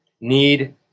need